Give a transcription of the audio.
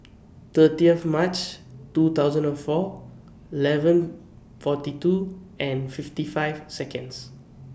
thirtieth March two thousand and four eleven forty two and fifty five Seconds